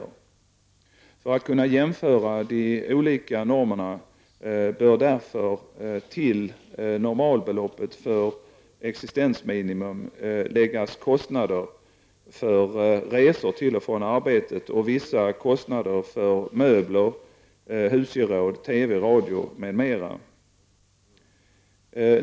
För att man skall kunna jämföra de olika normerna bör därför till normalbeloppet för existensminimum läggas kostnader för resor till och från arbetet samt vissa kostnader för möbler, husgeråd, TV, radio, m.m.